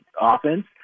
offense